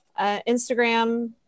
Instagram